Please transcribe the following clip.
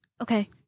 okay